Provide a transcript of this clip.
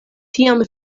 tiam